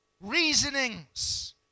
reasonings